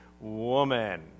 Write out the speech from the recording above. woman